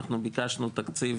אנחנו ביקשנו תקציב,